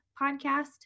podcast